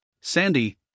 Sandy